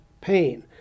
pain